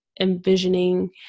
envisioning